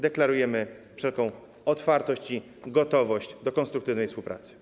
Deklarujemy wszelką otwartość i gotowość do konstruktywnej współpracy.